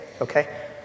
okay